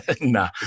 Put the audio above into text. nah